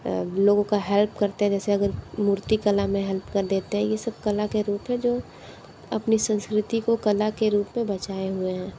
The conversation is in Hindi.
लोगों का हेल्प करते जैसे अगर मूर्ति कला में हेल्प कर देते हैं यह सब कल के रूप है जो अपनी संस्कृति को कला के रूप में बचाए हुए हैं